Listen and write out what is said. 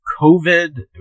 COVID